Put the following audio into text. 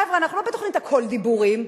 חבר'ה, אנחנו לא בתוכנית "הכול דיבורים".